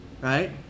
Right